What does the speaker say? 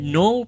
no